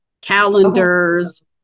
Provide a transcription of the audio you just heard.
calendars